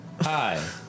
Hi